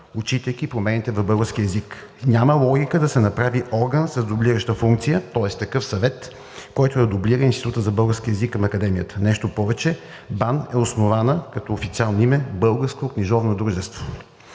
отчитайки промените в българския. Няма логика да се направи орган с дублираща функция, тоест такъв Съвет, който да дублира Института за български език към Академията. Нещо повече, БАН е основана като официално име Българско книжовно дружество.